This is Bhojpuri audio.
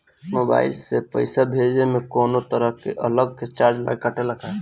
मोबाइल से पैसा भेजे मे कौनों तरह के अलग से चार्ज कटेला का?